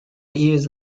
years